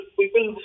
people